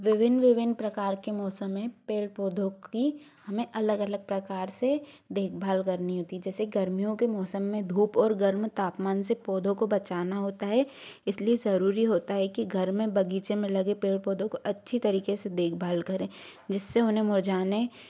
विभिन्न विभिन्न प्रकार के मौसम में पेड़ पौधों की हमें अलग अलग प्रकार से देखभाल करनी होती जैसे गर्मियों के मौसम में धूप और गर्म तापमान से पौधों को बचाना होता है इसलिए जरूरी होता है कि घर में बगीचे में लगे पेड़ पौधों को अच्छी तरीके से देखभाल करें जिससे उन्हें मुरझाने